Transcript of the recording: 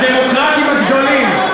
הדמוקרטים הגדולים.